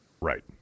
Right